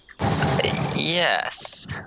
Yes